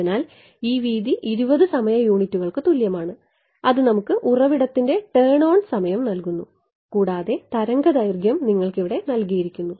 അതിനാൽ ഈ വീതി 20 സമയ യൂണിറ്റുകൾക്ക് തുല്യമാണ് അത് നമുക്ക് ഉറവിടത്തിന്റെ ടേൺ ഓൺ സമയം നൽകുന്നു കൂടാതെ തരംഗ ദൈർഘ്യം നിങ്ങൾക്ക് ഇവിടെ നൽകിയിരിക്കുന്നു